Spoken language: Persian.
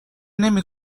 نمی